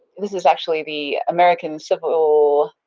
this is actually the american civil,